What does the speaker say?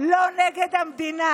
לא נגד המדינה.